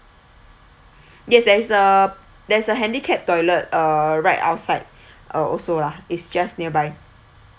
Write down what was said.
yes there is uh there's a handicapped toilet uh right outside uh also lah it's just nearby